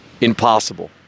Impossible